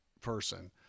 person